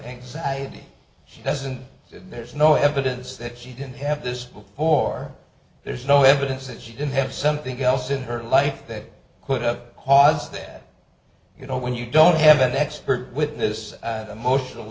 anxiety she doesn't there's no evidence that she didn't have this before there's no evidence that she didn't have something else in her life that put up was that you know when you don't have an expert witness motional